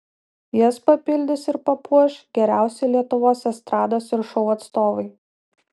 jas papildys ir papuoš geriausi lietuvos estrados ir šou atstovai